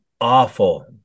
awful